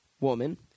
woman